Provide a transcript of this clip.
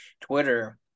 Twitter